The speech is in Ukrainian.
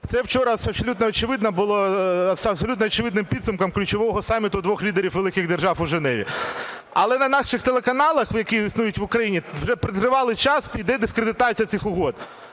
Це вчора було абсолютно очевидним підсумком ключового саміту двох лідерів великих держав у Женеві. Але на наших телеканалах, які існують в Україні, вже тривалий час іде дискредитація цих угод.